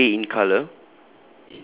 is it grey in colour